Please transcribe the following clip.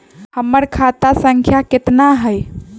हमर खाता संख्या केतना हई?